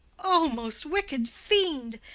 o most wicked fiend!